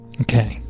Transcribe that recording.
Okay